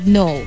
no